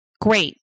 Great